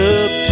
up